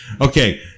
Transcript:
Okay